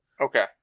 Okay